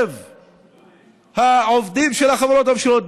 בקרב העובדים של החברות הממשלתיות,